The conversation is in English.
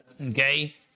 okay